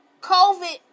COVID